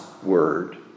word